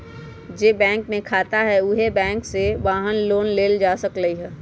जे बैंक में खाता हए उहे बैंक से वाहन लोन लेल जा सकलई ह